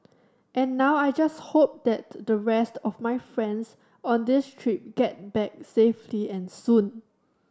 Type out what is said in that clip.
and now I just hope that the rest of my friends on this trip get back safely and soon